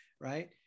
right